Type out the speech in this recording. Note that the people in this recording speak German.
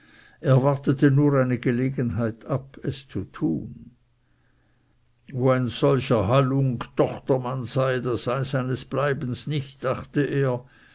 wartete nur eine gelegenheit ab es zu tun wo ein solcher halunk tochtermann sei da sei seines bleibens nicht dachte er